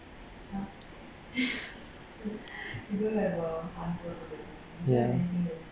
ya